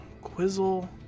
Quizzle